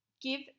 Give